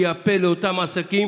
שיהיה הפה לאותם עסקים,